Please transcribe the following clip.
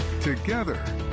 Together